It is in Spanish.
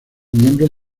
miembros